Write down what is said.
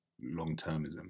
long-termism